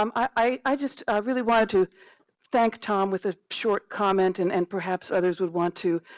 um i just really wanted to thank tom with a short comment and and perhaps others would want to